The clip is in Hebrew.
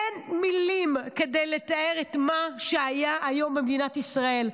אין מילים כדי לתאר את מה שהיה היום במדינת ישראל.